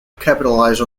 capitalize